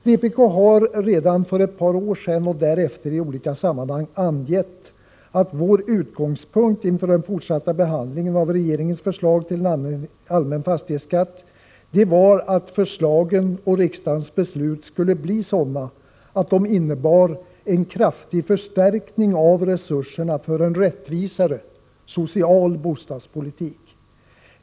Vpk har redan för ett par år sedan och därefter i olika sammanhang angett att vår utgångspunkt inför den fortsatta behandlingen av regeringens förslag till en allmän fastighetsskatt var att förslagen och riksdagens beslut skulle bli sådana att de innebär en kraftig förstärkning av resurserna för en rättvisare, social bostadspolitik.